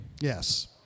Yes